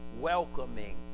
welcoming